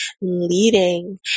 leading